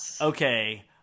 okay